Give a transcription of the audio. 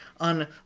on